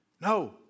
No